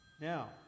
Now